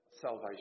salvation